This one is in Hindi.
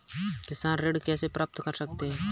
किसान ऋण कैसे प्राप्त कर सकते हैं?